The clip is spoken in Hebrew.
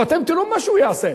ואתם תראו מה שהוא יעשה.